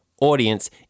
audience